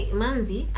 manzi